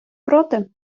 проти